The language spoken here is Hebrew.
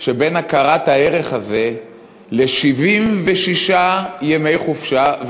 שבין הכרת הערך הזה ל-76 ימי חופשה,